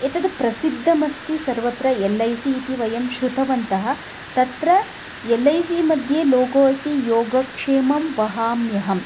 एतद् प्रसिद्धमस्ति सर्वत्र एल्लैसि इति वयं श्रुतवन्तः तत्र एल्लैसिमध्ये लोगो अस्ति योगक्षेमं वहाम्यहम्